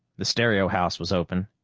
the stereo house was open,